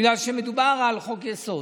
בגלל שמדובר על חוק-יסוד.